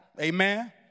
Amen